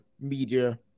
media